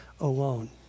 alone